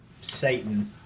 satan